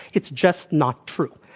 it's just not true.